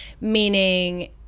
meaning